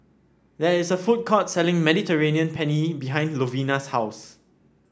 there is a food court selling Mediterranean Penne behind Lovina's house